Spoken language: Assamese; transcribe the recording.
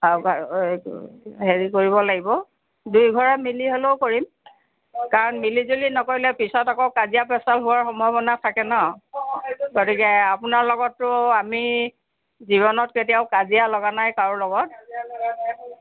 হেৰি কৰিব লাগিব দুয়োঘৰে মিলি হ'লেও কৰিম কাৰণ মিলি জুলি নকৰিলে পিছত আকৌ কাজিয়া পেচাল হোৱাৰ সম্ভাৱনা থাকে ন' গতিকে আপোনাৰ লগততো আমি জীৱনত কেতিয়াও কাজিয়া লগা নাই কাৰো লগত